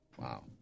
Wow